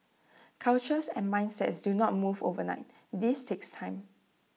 cultures and mindsets do not move overnight this takes time